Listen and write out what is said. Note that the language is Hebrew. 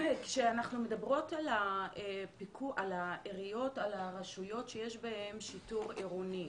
כשאנחנו מדברות על הרשויות שיש בהן שיטור עירוני,